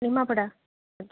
Nimapada